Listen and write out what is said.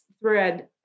thread